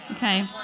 Okay